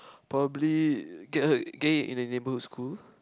probably get her get it in a neighbourhood school